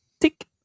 Tick